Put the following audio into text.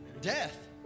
death